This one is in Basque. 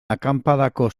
akanpadako